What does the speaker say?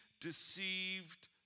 deceived